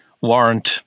Warrant